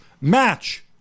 Match